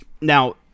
Now